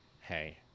hey